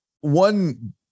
one